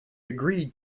agreed